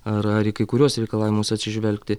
ar ar į kai kuriuos reikalavimus atsižvelgti